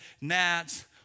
gnats